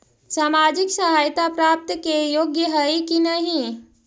सामाजिक सहायता प्राप्त के योग्य हई कि नहीं?